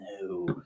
No